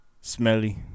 smelly